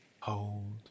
hold